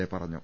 A പറഞ്ഞു